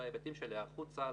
בהיבטים של היערכות צה"ל,